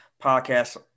podcast